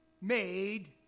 made